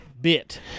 bit